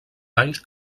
banys